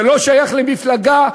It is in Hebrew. זה לא שייך למפלגה,